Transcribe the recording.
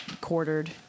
quartered